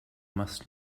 must